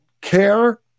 care